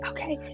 Okay